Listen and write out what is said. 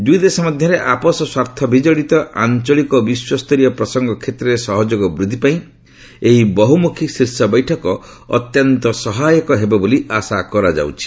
ଦୁଇ ଦେଶ ମଧ୍ୟରେ ଆପୋଷ ସ୍ୱାର୍ଥ ବିଜଡ଼ିତ ଆଞ୍ଚଳିକ ଓ ବିଶ୍ୱସ୍ତରୀୟ ପ୍ରସଙ୍ଗ କ୍ଷେତ୍ରରେ ସହଯୋଗ ବୃଦ୍ଧି ପାଇଁ ଏହି ବହୁମୁଖୀ ଶୀର୍ଷ ବୈଠକ ଅତ୍ୟନ୍ତ ସହାୟକ ହେବ ବୋଲି ଆଶା କରାଯାଉଛି